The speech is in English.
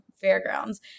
fairgrounds